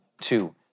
two